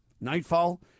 nightfall